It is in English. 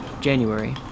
January